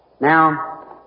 Now